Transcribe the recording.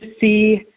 see